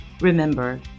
Remember